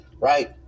right